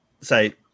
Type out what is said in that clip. say